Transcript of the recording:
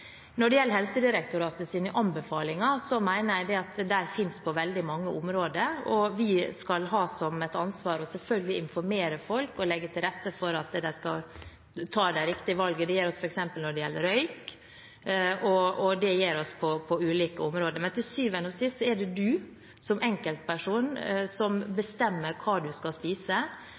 områder, og vi skal selvfølgelig ha et ansvar for å informere folk og legge til rette for at de skal ta de riktige valgene. Det gjør vi f.eks. når det gjelder røyk – det gjør vi på ulike områder. Men til syvende og sist er det du som enkeltperson som